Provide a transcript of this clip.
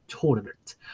tournament